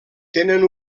tenen